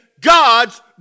God's